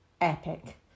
epic